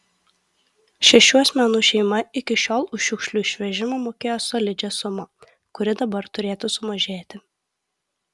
šešių asmenų šeima iki šiol už šiukšlių išvežimą mokėjo solidžią sumą kuri dabar turėtų sumažėti